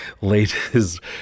latest